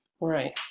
Right